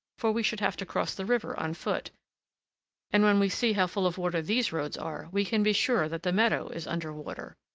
for we should have to cross the river on foot and when we see how full of water these roads are, we can be sure that the meadow is under water.